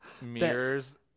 mirrors